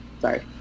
sorry